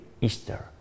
Easter